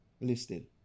listed